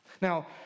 Now